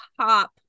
top